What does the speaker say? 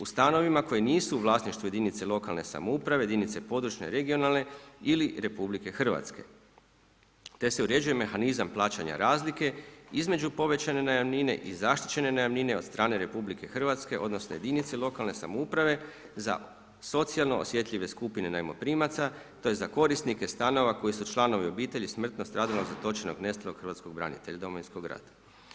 U stanovima koji nisu u vlasništvu jedinice lokalne samouprave, jedinice područne i regionalne ili Republike Hrvatske, te se uređuje mehanizam plaćanja razlike između povećane najamnine i zaštićene najamnine od strane Republike Hrvatske, odnosno jedinice lokalne samouprave za socijalno osjetljive skupine najmoprimaca, tj. za korisnike stanova koji su članovi obitelji smrtno stradalog, zatočenog, nestalog hrvatskog branitelja Domovinskog rata.